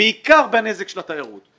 בעיקר בנזק של התיירות.